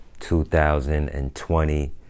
2020